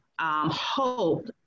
hope